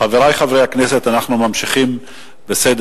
חברי חברי הכנסת, אנחנו ממשיכים בסדר-היום.